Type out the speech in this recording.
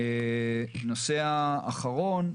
הנושא האחרון,